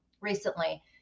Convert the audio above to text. recently